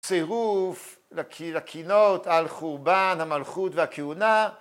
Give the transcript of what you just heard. ‫צירוף לקינות על חורבן ‫המלכות והכהונה.